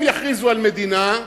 הם יכריזו על מדינה,